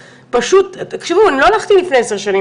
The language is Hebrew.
פשוט תחשבו אני לא הלכתי לפני עשר שנים,